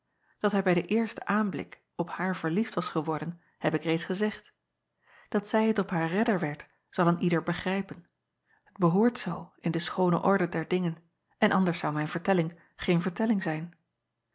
at hij bij den eersten aanblik op haar verliefd was acob van ennep laasje evenster delen geworden heb ik reeds gezegd dat zij t op haar redder werd zal een ieder begrijpen t behoort zoo in de schoone orde der dingen en anders zou mijn vertelling geen vertelling zijn